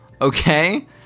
Okay